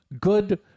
good